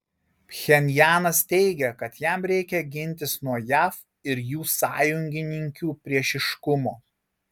pchenjanas teigia kad jam reikia gintis nuo jav ir jų sąjungininkių priešiškumo